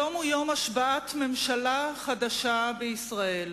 היום הוא יום השבעת ממשלה חדשה בישראל,